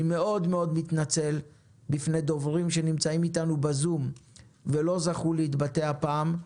אני מאוד מתנצל בפני דוברים שנמצאים איתנו בזום ולא זכו להתבטא הפעם.